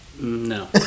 No